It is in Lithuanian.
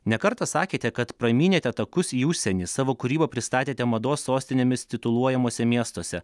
ne kartą sakėte kad pramynėte takus į užsienį savo kūrybą pristatėte mados sostinėmis tituluojamuose miestuose